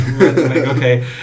okay